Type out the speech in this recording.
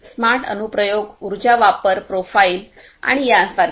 smart अनुप्रयोग ऊर्जा वापर प्रोफाइल आणि यासारखे